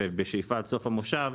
ובשאיפה עד סוף המושב,